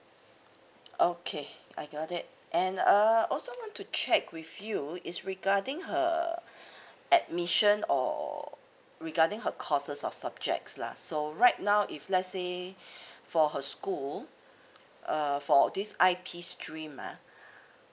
okay I got it and uh also want to check with you is regarding her admission or regarding her courses or subjects lah so right now if let's say for her school err for this I_P stream ah